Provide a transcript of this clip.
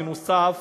בנוסף